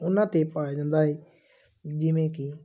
ਉਹਨਾਂ 'ਤੇ ਪਾਇਆ ਜਾਂਦਾ ਹੈ ਜਿਵੇਂ ਕਿ